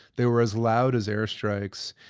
they were as loud as airstrikes,